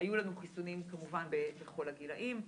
היו לנו חיסונים כמובן בכל הגילאים.